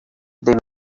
they